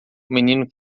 menino